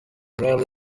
rarely